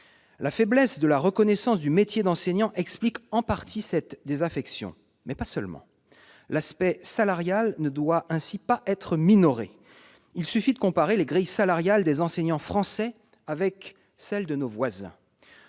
La faiblesse de la reconnaissance du métier d'enseignant explique, en partie, cette désaffection, mais pas seulement. L'aspect salarial ne doit ainsi pas être minoré. Il suffit de comparer les grilles salariales des enseignants français avec celles de leurs